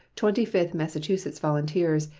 twenty-fifth massachusetts volunteers,